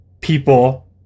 people